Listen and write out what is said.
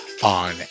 on